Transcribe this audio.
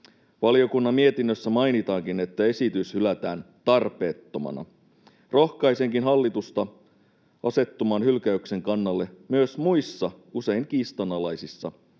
Valiokunnan mietinnössä mainitaankin, että esitys hylätään tarpeettomana. Rohkaisenkin hallitusta asettumaan hylkäyksen kannalle myös muissa usein kiistanalaisissa